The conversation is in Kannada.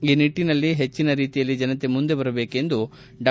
ಈ ನಿಟ್ಟನಲ್ಲಿ ಹೆಚ್ಚನ ರೀತಿಯಲ್ಲಿ ಜನತೆ ಮುಂದೆಬರಬೇಕೆಂದು ಡಾ